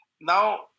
Now